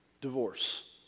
divorce